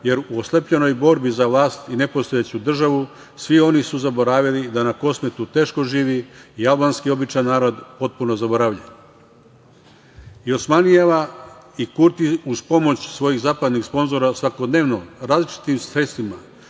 jer u oslepljenoj borbi za vlast i nepostojeću državu svi oni su zaboravili da na Kosmetu teško živi i albanski običan narod, potpuno zaboravljen. Osmanijeva i Kurti uz pomoć svojih zapadnih sponzora svakodnevno, različitim sredstvima,